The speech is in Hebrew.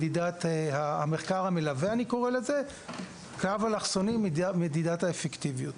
מדידת המחקר המלווה או מדידת האפקטיביות.